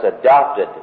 adopted